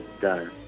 done